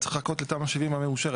צריך לחכות לתמ"א 70 המאושרת.